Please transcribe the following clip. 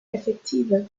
effektiver